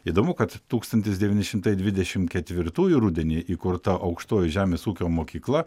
įdomu kad tūkstantis devyni šimtai dvidešim ketvirtųjų rudenį įkurta aukštoji žemės ūkio mokykla